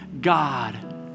God